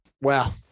Wow